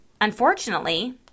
unfortunately